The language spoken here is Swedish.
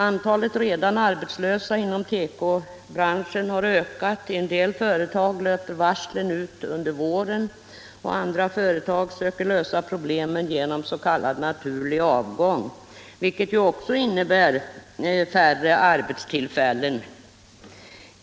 Antalet redan arbetslösa inom tekobranschen har ökat. I en del företag löper varslen ut under våren. Andra företag försöker lösa problemen genom s.k. naturlig avgång, vilket ju också innebär färre arbetstillfällen.